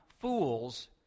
fools